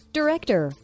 director